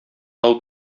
тау